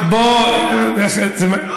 לא יחולק חינם.